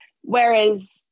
Whereas